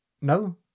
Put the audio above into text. No